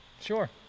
sure